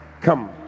Come